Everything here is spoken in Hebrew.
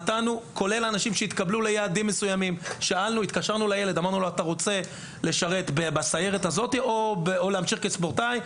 התקשרנו לילדים שאלנו אותם אם הם רוצים לשרת בסיירת או להמשך כספורטאי,